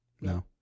No